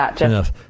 enough